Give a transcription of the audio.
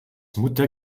mutter